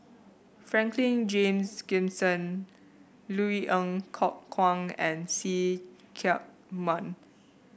Franklin Charles Gimson Loui Ng Kok Kwang and See Chak Mun